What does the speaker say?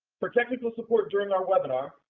for technical support during our webinar,